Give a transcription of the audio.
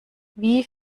wie